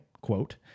quote